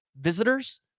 visitors